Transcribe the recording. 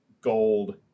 gold